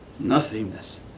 nothingness